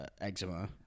eczema